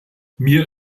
mir